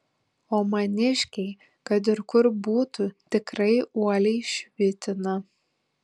o maniškiai kad ir kur būtų tikrai uoliai švitina